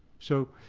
so,